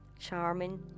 charming